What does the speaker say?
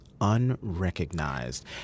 unrecognized